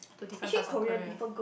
to different parts of Korea